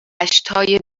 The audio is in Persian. دشتای